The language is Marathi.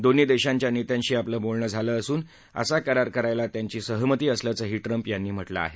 दोन्ही देशांच्या नेत्यांशी आपलं बोलणं झालं असून असा करार करायला त्यांची सहमती असल्याचंही ट्रम्प यांनी म्हटलं आहे